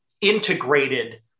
integrated